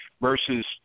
versus